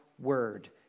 word